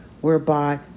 whereby